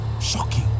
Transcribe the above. shocking